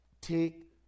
take